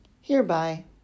Hereby